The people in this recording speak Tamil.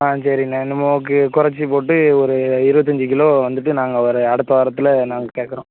ஆ சரிண்ண நமக்கு கொறைச்சி போட்டு ஒரு இருபத்தஞ்சி கிலோ வந்துட்டு நாங்கள் ஒரு அடுத்த வாரத்தில் நாங்கள் கேக்கிறோம்